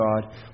God